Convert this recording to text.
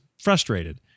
frustrated